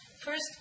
first